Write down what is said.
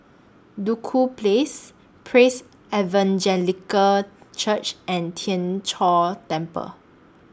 Duku Place Praise Evangelical Church and Tien Chor Temple